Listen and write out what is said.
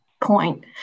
point